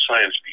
science